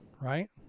Right